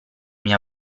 mia